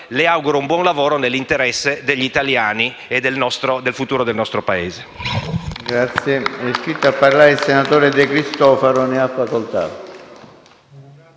le auguro un buon lavoro nell'interesse degli italiani e del futuro del nostro Paese.